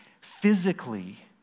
physically